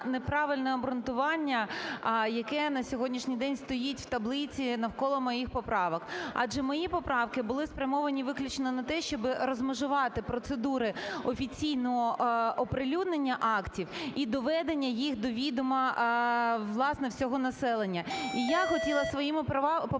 неправильне обґрунтування, яке на сьогоднішній день стоїть в таблиці навколо моїх поправок. Адже мої поправки були спрямовані виключно на те, щоб розмежувати процедури офіційного оприлюднення актів і доведення їх до відома, власне, свого населення. І я хотіла своїми поправками